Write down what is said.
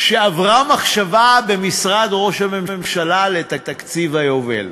שעברה מחשבה במשרד ראש הממשלה לתקציב היובל.